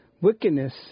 wickedness